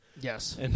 Yes